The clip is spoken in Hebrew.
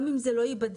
גם אם זה לא ייבדק,